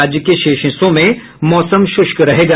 राज्य के शेष हिस्सों में मौसम शुष्क रहेगा